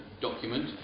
document